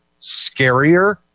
scarier